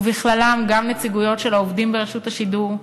ובכללם גם נציגויות של העובדים ברשות השידור,